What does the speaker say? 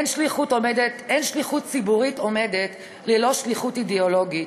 אין שליחות ציבורית עומדת ללא שליחות אידיאולוגית,